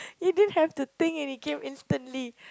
you didn't have to think and it came instantly